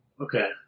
Okay